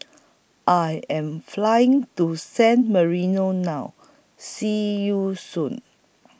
I Am Flying to San Marino now See YOU Soon